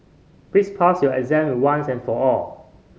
please pass your exam once and for all